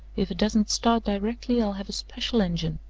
if it doesn't start directly, i'll have a special engine.